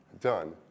done